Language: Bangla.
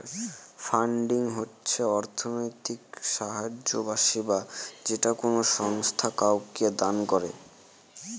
ফান্ডিং হচ্ছে অর্থনৈতিক সাহায্য বা সেবা যেটা কোনো সংস্থা কাউকে দান করে